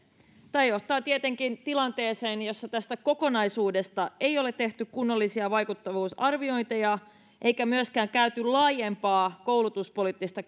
tämä johtaa tietenkin tilanteeseen jossa tästä kokonaisuudesta ei ole tehty kunnollisia vaikuttavuusarviointeja eikä myöskään käyty laajempaa koulutuspoliittista